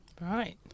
Right